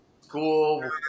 school